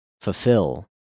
fulfill